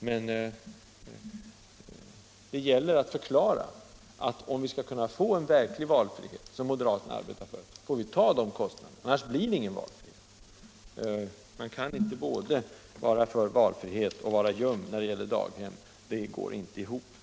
Men där gäller det att förklara, att om vi skall kunna få verklig valfrihet, som moderaterna arbetar för, så får vi ta de kostnaderna, ty annars blir det ingen valfrihet. Man kan inte både vara för valfrihet och samtidigt vara ljum när det gäller daghemmen. Det går helt enkelt inte ihop.